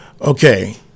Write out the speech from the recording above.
Okay